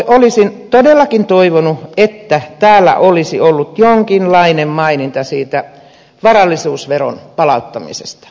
olisin todellakin toivonut että täällä olisi ollut jonkinlainen maininta varallisuusveron palauttamisesta